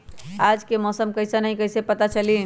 आज के मौसम कईसन हैं कईसे पता चली?